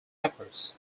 papers